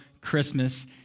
Christmas